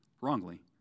Wrongly